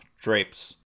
drapes